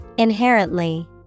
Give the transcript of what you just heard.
Inherently